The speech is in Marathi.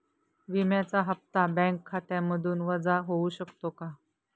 विम्याचा हप्ता बँक खात्यामधून वजा होऊ शकतो का?